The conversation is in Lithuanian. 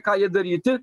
ką jai daryti